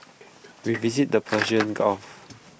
we visited the Persian gulf